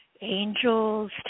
angels